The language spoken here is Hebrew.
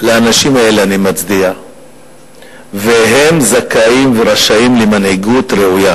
לאנשים האלה אני מצדיע והם זכאים ורשאים למנהיגות ראויה.